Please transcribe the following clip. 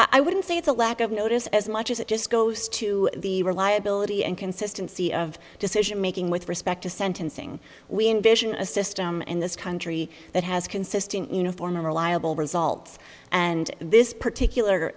i wouldn't say it's a lack of notice as much as it just goes to the reliability and consistency of decision making with respect to sentencing we envision a system in this country that has consistent uniform and reliable results and this